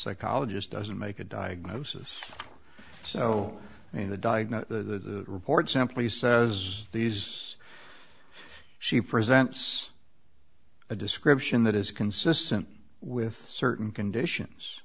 psychologist doesn't make a diagnosis so the diagnose the report simply says these she presents a description that is consistent with certain conditions